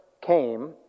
came